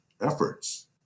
efforts